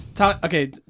Okay